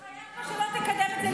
אז תתחייב פה שלא תקדם את זה לפני,